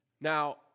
Now